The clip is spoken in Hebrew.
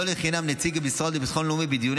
לא לחינם נציג המשרד לביטחון לאומי בדיוני